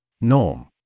Norm